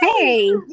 Hey